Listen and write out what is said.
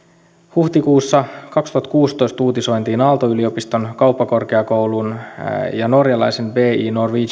huhtikuussa kaksituhattakuusitoista uutisoitiin aalto yliopiston kauppakorkeakoulun ja norjalaisen bi norwegian